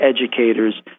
educators